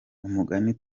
umugani